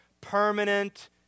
permanent